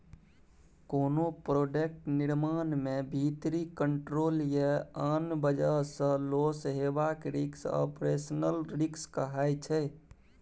कोनो प्रोडक्ट निर्माण मे भीतरी कंट्रोल या आन बजह सँ लौस हेबाक रिस्क आपरेशनल रिस्क कहाइ छै